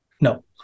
No